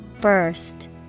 Burst